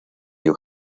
new